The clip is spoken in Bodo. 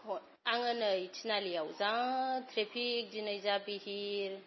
आङो नै टिनालियाव जा ट्रेफिक दिनै जा बिहिर